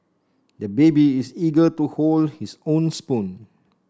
the baby is eager to hold his own spoon